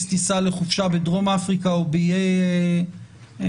טיסה לחופשה בדרום אפריקה או באיי סיישל,